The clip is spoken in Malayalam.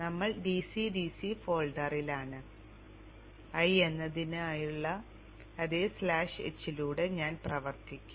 ഞങ്ങൾ DC DC ഫോൾഡറിലാണ് l എന്നതിനായുള്ള അതേ സ്ലാഷ് h ലൂടെ ഞാൻ പ്രവർത്തിക്കും